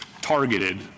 targeted